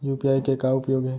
UPI के का उपयोग हे?